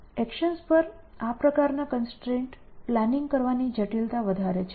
actions પર આ પ્રકારની કન્સ્ટ્રેન્ટ પ્લાનિંગ કરવાની જટિલતા વધારે છે